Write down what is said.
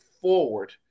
forward